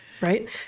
right